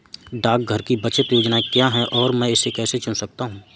डाकघर की बचत योजनाएँ क्या हैं और मैं इसे कैसे चुन सकता हूँ?